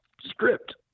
Script